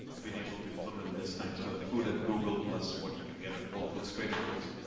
i've been able to implement this thanks to the food at google, plus what you can get at whole foods, trader joe's.